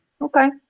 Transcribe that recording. Okay